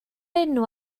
enw